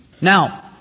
Now